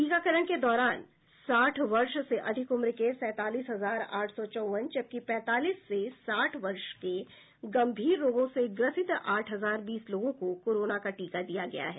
टीकाकरण के दौरान साठ वर्ष से अधिक उम्र के सैंतालीस हजार आठ सौ चौवन जबकि पैंतालीस से साठ वर्ष के गंभीर रोगों से ग्रसित आठ हजार बीस लोगों को कोरोना का टीका दिया गया है